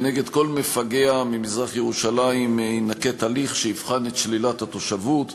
כנגד כל מפגע ממזרח-ירושלים יינקט הליך שיבחן את שלילת התושבות.